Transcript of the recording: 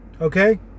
okay